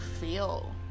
feel